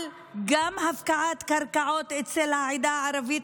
גם על הפקעת קרקעות אצל העדה הערבית